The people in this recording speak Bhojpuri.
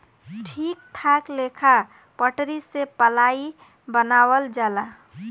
ठीक ठाक लेखा पटरी से पलाइ बनावल जाला